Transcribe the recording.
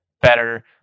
better